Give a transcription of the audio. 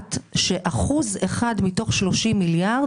הוחלט שרק אחוז אחד מתוך 30 מיליארד